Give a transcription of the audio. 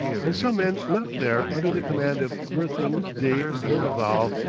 and some men left there under the command of berthin de berneval,